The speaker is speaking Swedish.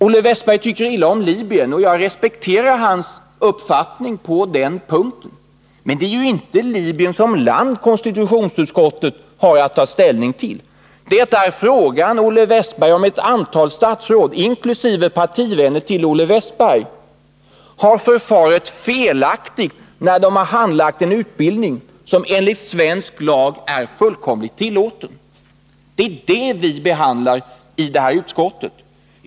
Olle Wästberg tycker illa om Libyen. Jag respekterar hans uppfattning på den punkten. Men det är inte Libyen som land konstitutionsutskottet har att ta ställning till utan till frågan om ett antal statsråd, inkl. partivänner till Olle Wästberg, har förfarit felaktigt, när de handlagt en fråga om utbildning, som enligt svensk lag är tillåten. Det är det vi behandlar i det här utskottet.